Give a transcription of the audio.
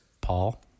Paul